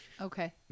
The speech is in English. okay